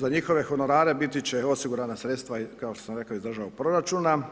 Za njihove honorare biti će osigurana sredstava, kao što sam rekao iz državnog proračuna